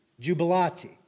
jubilati